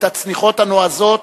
את הצניחות הנועזות